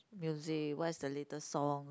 music what is the latest song